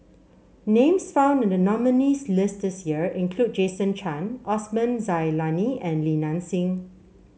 names found in the nominees' list this year include Jason Chan Osman Zailani and Li Nanxing